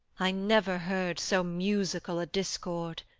i never heard so musical a discord,